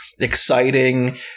exciting